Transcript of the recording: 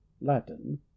Latin